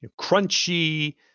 crunchy